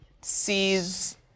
sees